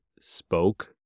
spoke